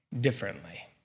differently